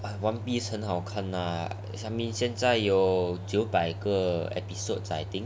I have one piece 很好看 na sia mi 现在有百个 episodes I think